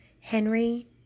Henry